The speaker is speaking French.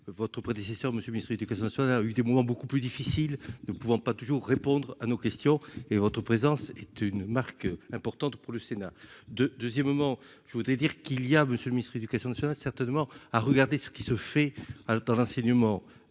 votre prédécesseur monsieur éducation nationale a eu des moments beaucoup plus difficile, nous ne pouvons pas toujours répondre à nos questions et votre présence est une marque importante pour le Sénat de deuxièmement je voudrais dire qu'il y a Monsieur le Ministre, Éducation nationale, certainement, à regarder ce qui se fait alors dans l'enseignement